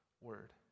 word